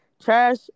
trash